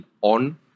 on